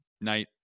night